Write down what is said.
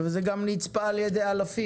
וזה גם נצפה על ידי אלפים.